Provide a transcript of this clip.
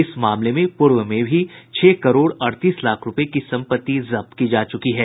इस मामले में पूर्व में भी छह करोड़ अड़तीस लाख रूपये की संपत्ति जब्त की जा चुकी है